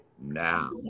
now